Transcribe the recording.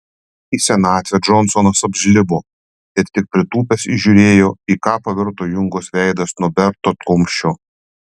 į senatvę džonsonas apžlibo ir tik pritūpęs įžiūrėjo į ką pavirto jungos veidas nuo berto kumščio